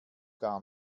gar